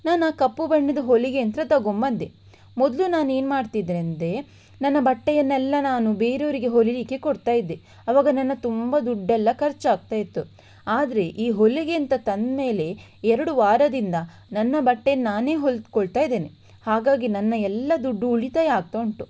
ನಾನು ಆ ಕಪ್ಪು ಬಣ್ಣದ ಹೊಲಿಗೆ ಯಂತ್ರ ತಗೊಂಬಂದೆ ಮೊದಲು ನಾನೇನು ಮಾಡ್ತಿದ್ದೆ ಅಂದರೆ ನನ್ನ ಬಟ್ಟೆಯನ್ನೆಲ್ಲ ನಾನು ಬೇರೆಯವರಿಗೆ ಹೊಲಿಯಲಿಕ್ಕೆ ಕೊಡ್ತಾ ಇದ್ದೆ ಅವಾಗ ನನ್ನ ತುಂಬ ದುಡ್ಡೆಲ್ಲ ಖರ್ಚಾಗ್ತಾ ಇತ್ತು ಆದರೆ ಈ ಹೊಲಿಗೆ ಯಂತ್ರ ತಂದ ಮೇಲೆ ಎರಡು ವಾರದಿಂದ ನನ್ನ ಬಟ್ಟೆ ನಾನೇ ಹೊಲ್ದ್ಕೊಳ್ತಾ ಇದ್ದೇನೆ ಹಾಗಾಗಿ ನನ್ನ ಎಲ್ಲ ದುಡ್ಡು ಉಳಿತಾಯ ಆಗ್ತಾ ಉಂಟು